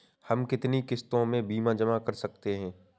हम कितनी किश्तों में बीमा जमा कर सकते हैं?